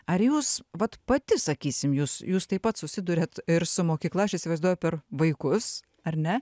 ar jūs vat pati sakysim jūs jūs taip pat susiduriat ir su mokykla aš įsivaizduoju per vaikus ar ne